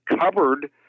covered